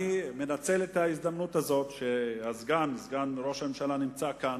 אני מנצל את ההזדמנות הזאת שסגן ראש הממשלה נמצא כאן,